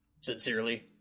Sincerely